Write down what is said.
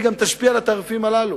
והיא גם תשפיע על התעריפים הללו.